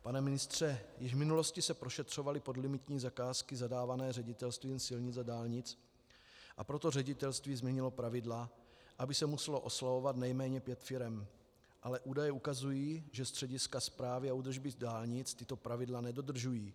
Pane ministře, již v minulosti se prošetřovaly podlimitní zakázky zadávané Ředitelstvím silnic a dálnic, a proto ředitelství změnilo pravidla, aby se muselo oslovovat nejméně pět firem, ale údaje ukazují, že střediska správy a údržby dálnic tato pravidla nedodržují.